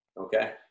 Okay